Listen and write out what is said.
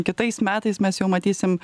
kitais metais mes jau matysim